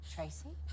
Tracy